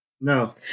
No